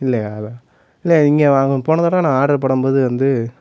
இல்லையா இல்லை இங்கே வாங்கப் போன தடவை நான் ஆர்டர் போடும்போது வந்து